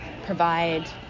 provide